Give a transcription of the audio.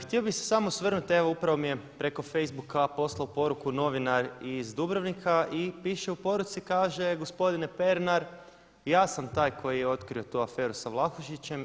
Htio bih se samo osvrnuti, evo upravo mi je preko facebooka poslao poruku novinar iz Dubrovnika i piše u poruci i kaže gospodine Pernar ja sam taj koji je otkrio tu aferu sa Vlahušićem.